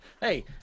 Hey